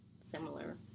similar